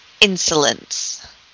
insolence